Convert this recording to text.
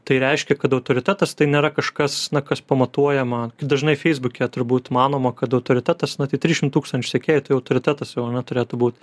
tai reiškia kad autoritetas tai nėra kažkas kas pamatuojama dažnai feisbuke turbūt manoma kad autoritetas na tai trisdešimt tūkstančių sekėjų tai autoritetas jau ane turėtų būt